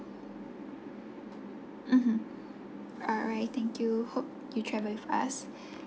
mmhmm alright thank you hope you travel with us